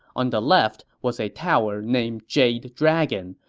on the left was a tower named jade dragon,